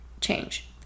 change